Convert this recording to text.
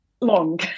long